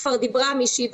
כבר אמרה מישהי,